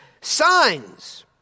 signs